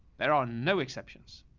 there are no exceptions.